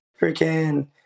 freaking –